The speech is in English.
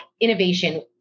innovation